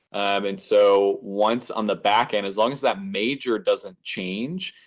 and so once on the back end, as long as that major doesn't change,